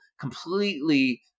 completely